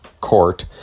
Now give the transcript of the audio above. Court